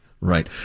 right